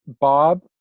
bob